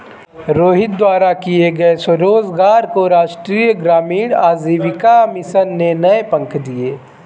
रोहित द्वारा किए गए स्वरोजगार को राष्ट्रीय ग्रामीण आजीविका मिशन ने नए पंख दिए